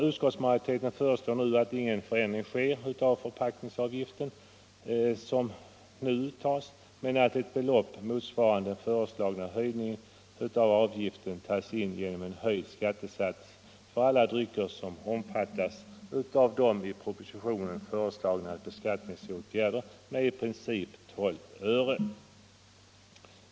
Utskottsmajoriteten föreslår att ingen förändring sker av den förpackningsavgift som nu uttas men att ett belopp motsvarande den föreslagna höjningen av förpackningsavgiften tas in genom en höjd skattesats för alla drycker som omfattas av de i propositionen föreslagna beskattningsåtgärderna, med i princip 12 öre per liter.